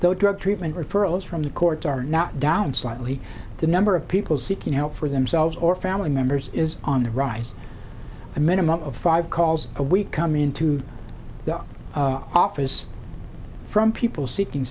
the drug treatment referrals from the court are not down slightly the number of people seeking help for themselves or family members is on the rise a minimum of five calls a week coming into the office from people seeking